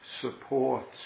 supports